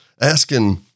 Asking